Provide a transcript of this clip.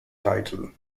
title